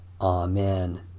Amen